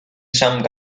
some